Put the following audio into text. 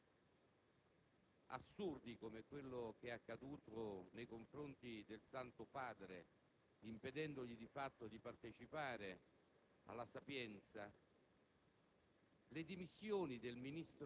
*(AN)*. Signor Presidente, credo che non debba fare grandi riflessioni per denunciare